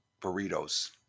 burritos